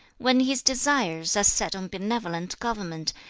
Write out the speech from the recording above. when his desires are set on benevolent government,